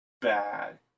bad